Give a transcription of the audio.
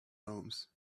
homes